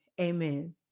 amen